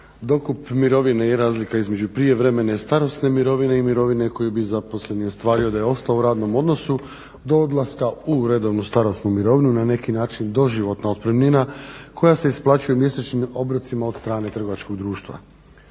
Dokup mirovine je razlika između prijevremene starosne mirovine i mirovine koju bi zaposleni ostvario da je ostao u radnom odnosu do odlaska u redovnu starosnu mirovinu, na neki način doživotna otpremnina koja se isplaćuje u mjesečnim obrocima od strane trgovačkog društva.